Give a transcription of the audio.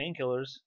painkillers